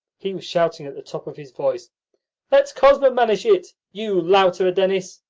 he was shouting at the top of his voice let kosma manage it, you lout of a denis!